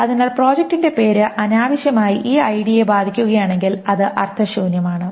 അതിനാൽ പ്രോജക്റ്റിന്റെ പേര് അനാവശ്യമായി ഈ ഐഡിയെ ബാധിക്കുകയാണെങ്കിൽ അത് അർത്ഥശൂന്യമാണ്